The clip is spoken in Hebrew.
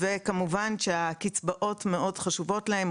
כמובן שהקצבאות מאוד חשובות להם,